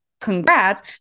congrats